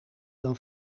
dan